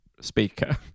speaker